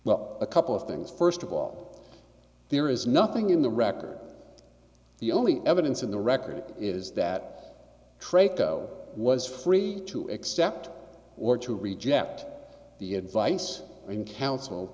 well a couple of things first of all there is nothing in the record the only evidence in the record is that tray co was free to accept or to reject the advice and counsel